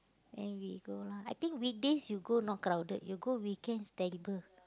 then we go lah I think weekdays you go not crowded you go weekends terrible